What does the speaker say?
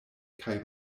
kaj